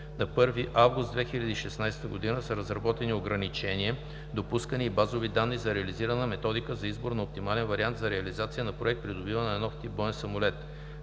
на 1 август 2016 г. са разработени „Ограничения, допускания и базови данни за реализиране на „Методика за избор на оптимален вариант за реализация на Проект „Придобиване на нов тип боен самолет“;